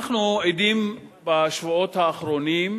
אנחנו עדים בשבועות האחרונים,